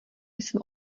jsem